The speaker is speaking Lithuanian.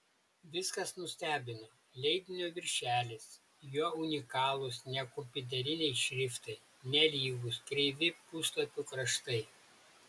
viskas nustebino leidinio viršelis jo unikalūs nekompiuteriniai šriftai nelygūs kreivi puslapių kraštai